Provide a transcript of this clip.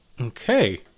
Okay